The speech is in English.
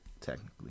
technically